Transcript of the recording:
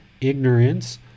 ignorance